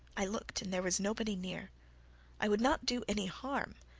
i looked and there was nobody near i would not do any harm,